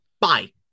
Bye